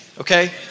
okay